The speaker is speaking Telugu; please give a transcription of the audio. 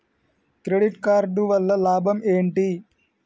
క్రెడిట్ కార్డు వల్ల లాభం ఏంటి?